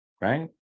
right